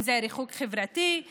אם זה ריחוק חברתי,